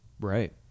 Right